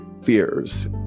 fears